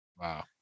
Wow